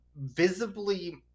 visibly